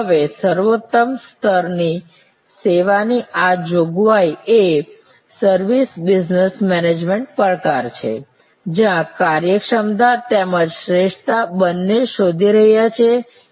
હવે સર્વોત્તમ સ્તરની સેવાની આ જોગવાઈ એ સર્વિસ બિજનેસ મેનેજમેંટ પડકાર છે જ્યાં કાર્યક્ષમતા તેમજ શ્રેષ્ઠતા બંને શોધી રહ્યા છીએ Refer Time 0948